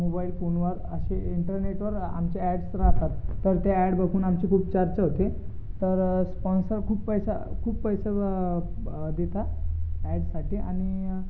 mobile फोनवर असे इंटरनेटवर आमच्या ॲड्स राहतात तर त्या ॲड बघून आमची खूप चर्चा होते तर स्पॉन्सर खूप पैसा खूप पैसा देतात ॲडसाठी आणि